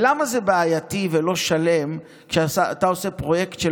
למה זה בעייתי ולא שלם כשאתה עושה פרויקט של